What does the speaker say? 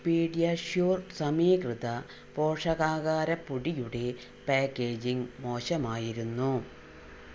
PediaSure സമീകൃത പോഷകാഹാര പൊടിയുടെ പാക്കേജിംഗ് മോശമായിരുന്നു